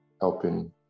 helping